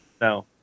No